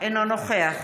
אינו נוכח